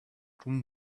bedroom